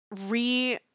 re